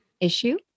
issue